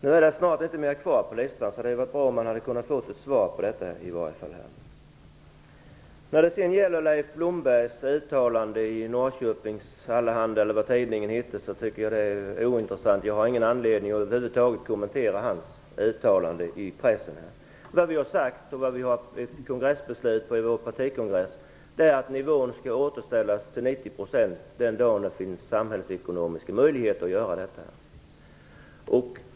Nu är det inte många kvar på listan, så det vore bra att få ett svar på detta nu. Leif Blombergs uttalande i en tidning i Norrköping tycker jag är ointressant. Jag har ingen anledning att över huvud taget kommentera hans uttalande i pressen. Vad vi har sagt och vad vi har ett kongressbeslut på från vår partikongress är att nivån skall återställas till 90 % den dag det finns samhällsekonomiska möjligheter att göra detta.